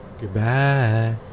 Goodbye